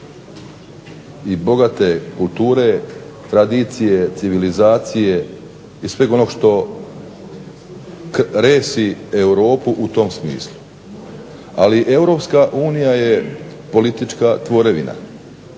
i bogate kulture, tradicije, civilizacije i sveg onog što resi Europu u tom smislu. Ali Europska unija je politička tvorevina.